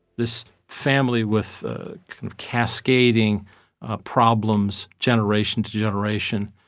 this family with cascading problems generation to generation,